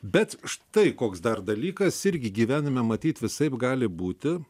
bet štai koks dar dalykas irgi gyvename matyt visaip gali būti